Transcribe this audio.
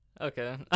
okay